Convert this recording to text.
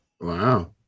Wow